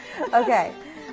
Okay